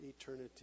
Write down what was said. eternity